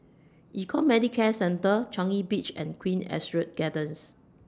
Econ Medicare Centre Changi Beach and Queen Astrid Gardens